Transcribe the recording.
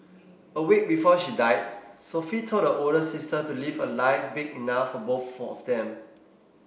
a week before she died Sophie told her older sister to live a life big enough for both for of them